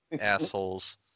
assholes